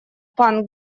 пан